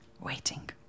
waiting